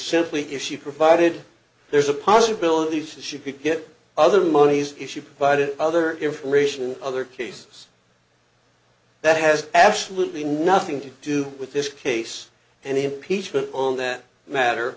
simply if she provided there's a possibility she could get other moneys if she provided other information other cases that has absolutely nothing to do with this case and impeachment on that matter